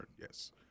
yes